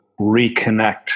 reconnect